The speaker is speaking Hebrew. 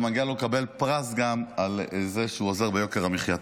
ומגיע לו לקבל פרס גם על זה שהוא עוזר ביוקר המחיה.